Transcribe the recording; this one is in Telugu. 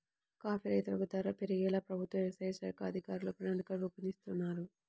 కాఫీ రైతులకు ధర పెరిగేలా ప్రభుత్వ వ్యవసాయ శాఖ అధికారులు ప్రణాళికలు రూపొందిస్తున్నారు